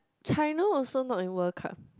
China also not in World Cup